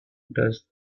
does